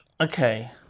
Okay